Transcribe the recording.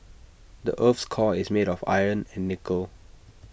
the Earth's core is made of iron and nickel